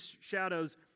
shadows